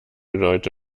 leute